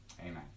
Amen